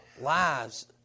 lives